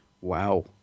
wow